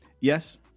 Yes